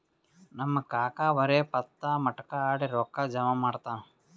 ನಮ್ ಕಾಕಾ ಬರೇ ಪತ್ತಾ, ಮಟ್ಕಾ ಆಡಿ ರೊಕ್ಕಾ ಜಮಾ ಮಾಡ್ತಾನ